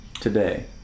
today